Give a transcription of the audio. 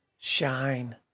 shine